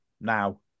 now